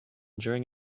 during